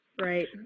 Right